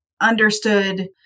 understood